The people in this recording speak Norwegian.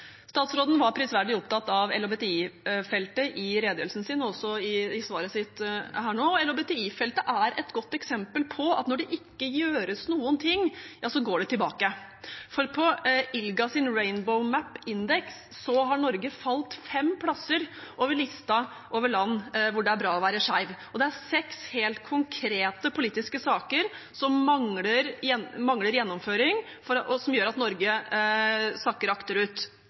Statsråden var prisverdig opptatt av LHBTI-feltet i redegjørelsen sin og også i svaret sitt nå. LHBTI-feltet er et godt eksempel på at når det ikke gjøres noen ting, går det tilbake, for på ILGAs «rainbow map&index» har Norge falt fem plasser på listen over land hvor det er bra å være skeiv. Det er seks helt konkrete politiske saker som mangler gjennomføring, og som gjør at Norge sakker